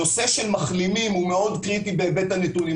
הנושא של מחלימים הוא מאוד קריטי בהיבט הנתונים.